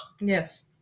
Yes